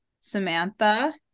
Samantha